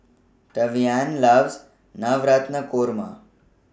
Tavian loves Navratan Korma